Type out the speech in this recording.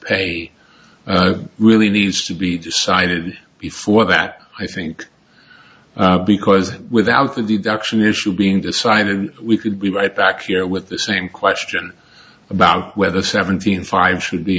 pay really needs to be decided before that i think because without the deduction issue being decided we could be right back here with the same question about whether seventeen five should be